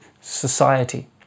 society